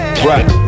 Right